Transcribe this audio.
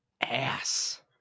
ass